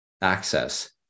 access